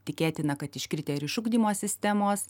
tikėtina kad iškritę ir iš ugdymo sistemos